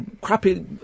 crappy